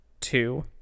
two